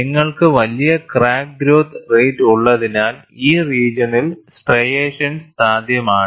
നിങ്ങൾക്ക് വലിയ crack growth rate ഉള്ളതിനാൽ ഈ റീജിയണിൽ സ്ട്രിയേഷൻസ് സാധ്യമാണ്